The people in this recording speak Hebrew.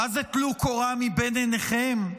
מה זה טלו קורה מבין עיניכם?